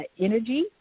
energy